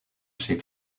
chez